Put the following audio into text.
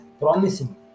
promising